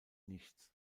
nichts